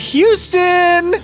Houston